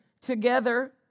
together